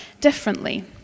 differently